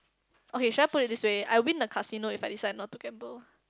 okay should I put it this way I win the casino if I decide not to gamble